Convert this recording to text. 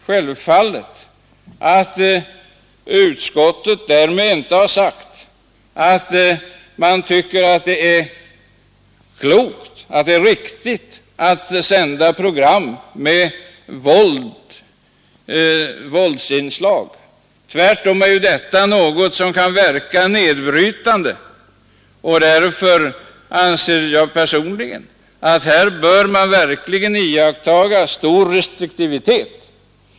Självfallet har utskottet därmed inte sagt att det är riktigt att sända program med våldsinslag. Tvärtom är detta något som kan verka nedbrytande. Därför anser jag personligen att man här verkligen bör iakttaga stor restriktivitet.